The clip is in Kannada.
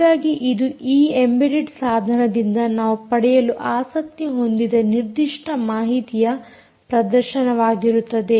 ಹಾಗಾಗಿ ಇದು ಈ ಎಂಬೆಡೆಡ್ ಸಾಧನದಿಂದ ನಾವು ಪಡೆಯಲು ಆಸಕ್ತಿ ಹೊಂದಿದ ನಿರ್ದಿಷ್ಟ ಮಾಹಿತಿಯ ಪ್ರದರ್ಶನವಾಗಿರುತ್ತದೆ